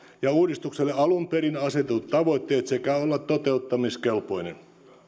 ja uudistukselle alun perin asetetut tavoitteet sekä olla toteuttamiskelpoinen